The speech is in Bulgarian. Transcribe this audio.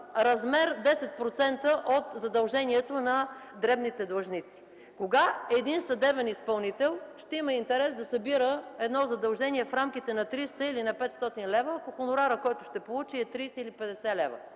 размер 10% от задълженията на дребните длъжници? Кога един съдебен изпълнител ще има интерес да събира задължение в рамките на 300 или на 500 лв., ако хонорарът, който ще получи, е 30 или 50 лв.?!